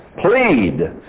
Plead